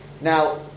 now